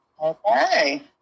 Okay